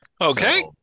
Okay